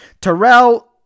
Terrell